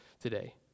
today